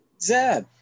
Zeb